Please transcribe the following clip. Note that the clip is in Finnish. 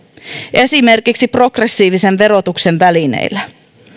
esimerkiksi progressiivisen verotuksen välineillä